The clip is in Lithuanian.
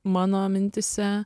mano mintyse